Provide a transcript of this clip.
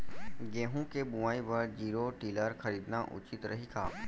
गेहूँ के बुवाई बर जीरो टिलर खरीदना उचित रही का?